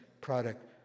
product